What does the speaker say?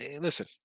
Listen